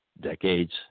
decades